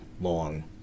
long